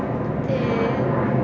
then